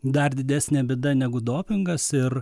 dar didesnė bėda negu dopingas ir